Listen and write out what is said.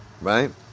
Right